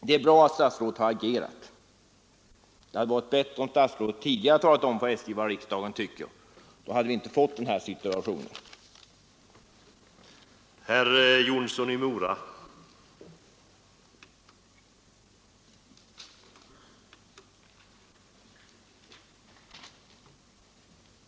Det är bra att statsrådet nu har agerat, men det hade varit bättre om statsrådet tidigare hade talat om för SJ vad riksdagen tycker. Då hade inte denna situation uppstått.